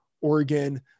Oregon